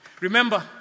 Remember